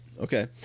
Okay